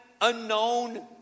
unknown